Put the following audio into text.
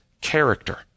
character